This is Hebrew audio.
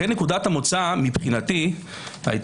רק